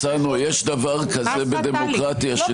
אף אחד לא נתן לכם מנדט לשנות את אופייה הדמוקרטי של מדינת ישראל.